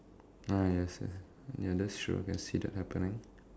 ah yes yes ya that's true I can see that happening